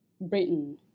Britain